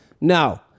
No